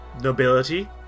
Nobility